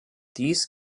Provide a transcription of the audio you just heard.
dies